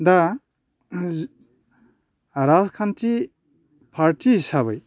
दा राजखान्थि पार्टि हिसाबै